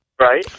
Right